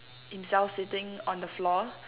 himself sitting on the floor